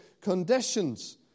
conditions